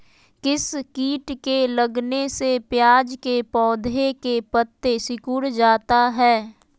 किस किट के लगने से प्याज के पौधे के पत्ते सिकुड़ जाता है?